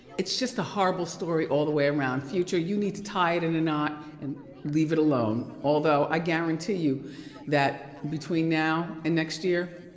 it's just a horrible story all the way around. future, you need to tie it in and a knot and leave it alone, although i guarantee you that between now and next year,